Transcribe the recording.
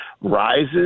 rises